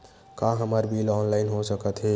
का हमर bill online हो सकत हे?